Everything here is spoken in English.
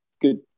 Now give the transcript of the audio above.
good